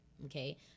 Okay